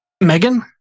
Megan